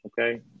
okay